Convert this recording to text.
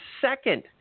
second